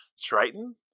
Triton